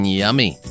yummy